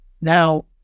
Now